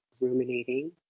ruminating